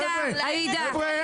כאן אני מסכימה עם חבר הכנסת רביבו,